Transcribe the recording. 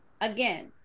again